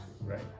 right